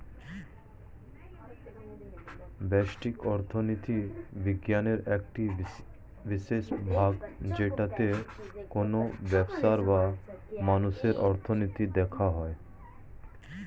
ব্যষ্টিক অর্থনীতি বিজ্ঞানের একটি বিশেষ ভাগ যেটাতে কোনো ব্যবসার বা মানুষের অর্থনীতি দেখা হয়